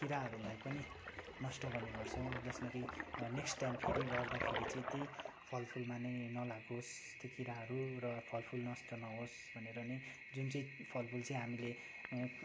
किराहरूलाई पनि नष्ट गर्ने गर्छौँ जसमा कि नेक्स्ट टाइम फेरि गर्दाखेरि चाहिँ ती फलफुलमा नै नलागोस् ती किराहरू र फलफुल नष्ट नहोस् भनेर नै जुन चाहिँ फलफुल चाहिँ हामीले